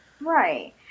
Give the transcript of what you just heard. Right